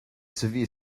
severe